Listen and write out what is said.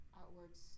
outwards